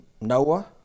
Noah